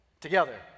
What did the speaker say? Together